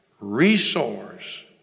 resource